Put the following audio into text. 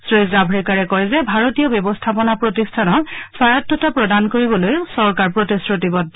শ্ৰীজাভৰেকাৰে কয় যে ভাৰতীয় ব্যৱস্থাপনা প্ৰতিষ্ঠানক স্বায়ত্বতা প্ৰদান কৰিবলৈ চৰকাৰ প্ৰতিশ্ৰুতিবদ্ধ